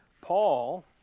Paul